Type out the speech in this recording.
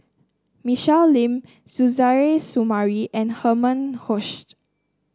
Michelle Lim Suzairhe Sumari and Herman Hochstadt